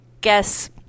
guess